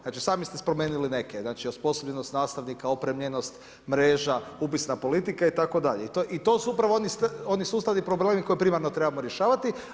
Znači, sami ste spomenuli neke, osposobljenost nastavnika, opremljenost mreža upisna politika itd. i to su upravo oni sustavni problemi koji primarno trebamo rješavati.